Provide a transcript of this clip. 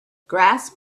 grasp